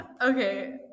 Okay